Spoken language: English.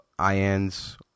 Ian's